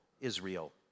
Israel